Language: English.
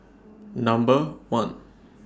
Number one